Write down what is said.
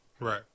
Right